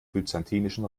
byzantinischen